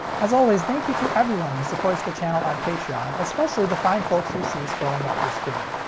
as always, thank you to everyone who supports the channel on patreon, especially the fine folks you see scrolling up your screen.